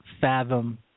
fathom